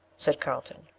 said carlton.